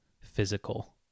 physical